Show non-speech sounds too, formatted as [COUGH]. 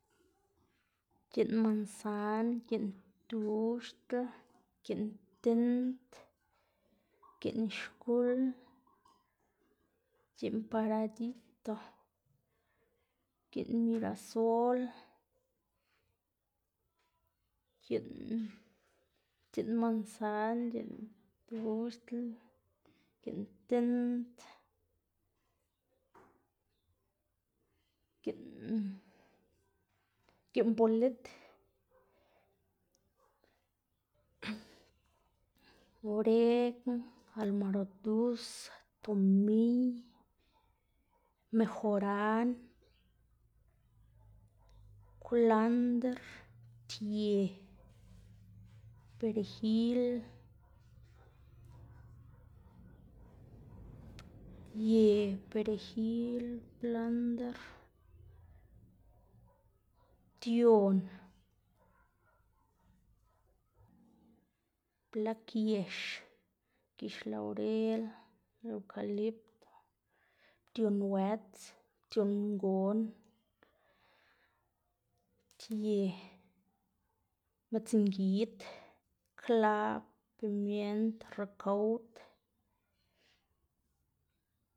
giꞌn mansan, giꞌn tuxdl, giꞌn tind, giꞌn xkul, giꞌn paradito, giꞌn mirasol, giꞌn giꞌn mansan, giꞌn tuxdl, giꞌn tind, giꞌn giꞌn bolit, [NOISE] oregn, almaradus, tomiy, mejorarn, kwlandr, ptie, peregil, [NOISE] ptie, peregil, kwlandr, ption, blag yex, gix aurel, eukalipto, ption wëts, ption ngon, ptie, midzngid, klab, pimiend, recaud.